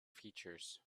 features